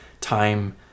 time